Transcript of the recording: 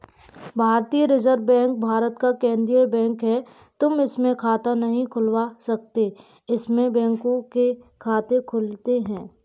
भारतीय reserve bank Bharat का केन्द्रीय बैंक है, तुम इसमें खाता नहीं खुलवा सकते इसमें बैंकों के खाते खुलते हैं